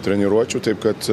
treniruočių taip kad